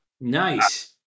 nice